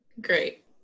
Great